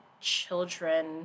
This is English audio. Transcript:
children